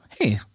Hey